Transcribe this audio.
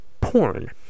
porn